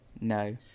no